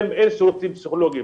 אין שירותים פסיכולוגיים.